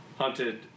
hunted